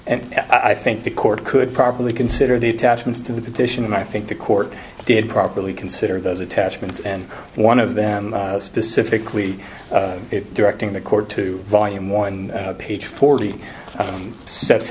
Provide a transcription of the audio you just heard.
and i think the court could probably consider the attachments to the petition and i think the court did properly consider those attachments and one of them specifically directing the court to volume one page forty s